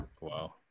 Wow